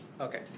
Okay